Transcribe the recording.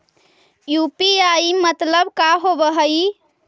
UPI मतलब का होब हइ?